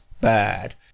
bad